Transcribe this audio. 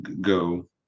go